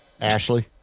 Ashley